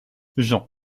jean